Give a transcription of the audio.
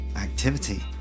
activity